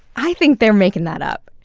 i think they're making that up.